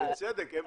בצדק.